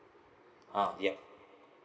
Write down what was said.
ah yup